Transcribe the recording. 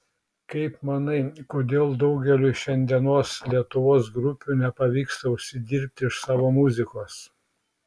kaip manai kodėl daugeliui šiandienos lietuvos grupių nepavyksta užsidirbti iš savo muzikos